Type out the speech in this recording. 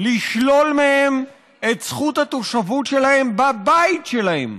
לשלול מהם את זכות התושבות שלהם בבית שלהם,